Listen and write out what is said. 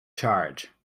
charge